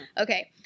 Okay